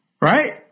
right